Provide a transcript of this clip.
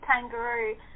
kangaroo